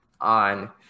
on